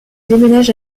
déménage